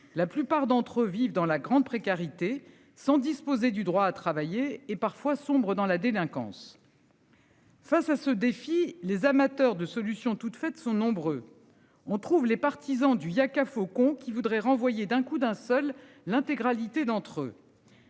La plupart d'entre eux vivent dans la grande précarité sans disposer du droit à travailler et parfois sombrent dans la délinquance.-- Face à ce défi, les amateurs de solutions toutes faites sont nombreux, on trouve les partisans du yakafokon qui voudraient renvoyer d'un coup d'un seul l'intégralité d'entre eux.